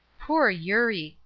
poor eurie!